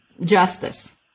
justice